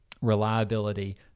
reliability